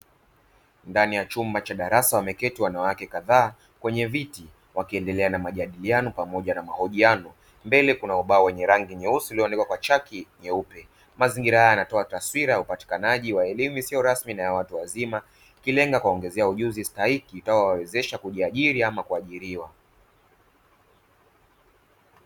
Ndani ya chumba cha darasa wameketi wanawake kadhaa kwenye viti wakiendelea na majadiliano pamoja na mahojiano, mbele kuna ubao wenye rangi nyeusi ulioandikwa kwa chaki nyeupe, mazingira haya hutoa taswira ya upatikanaji wa elimu isiyo rasmi na ya watu wazima, ikilenga kuwaongeazea ujuzi stahiki utakaowawezesha kujiairi au kuajiriwa.